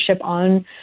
on